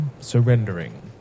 surrendering